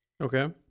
Okay